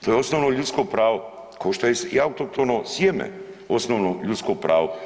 To je osnovno ljudsko pravo, ko što je i autohtono sjeme osnovno ljudsko pravo.